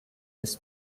its